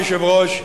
אדוני היושב-ראש,